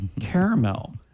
Caramel